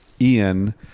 Ian